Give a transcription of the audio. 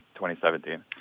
2017